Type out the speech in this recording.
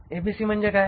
ABC म्हणजे काय